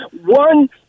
One